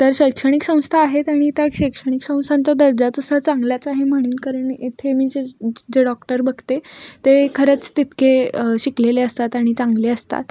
तर शैक्षणिक संस्था आहेत आणि त्या शैक्षणिक संस्थांचा दर्जा तसा चांगलाच आहे म्हणेन कारण इथे मी जे जे डॉक्टर बघते ते खरंच तितके शिकलेले असतात आणि चांगले असतात